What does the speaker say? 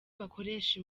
bakoresha